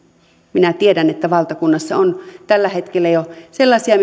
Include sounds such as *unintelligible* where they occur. minä tiedän että valtakunnassa on jo tällä hetkellä sellaisia *unintelligible*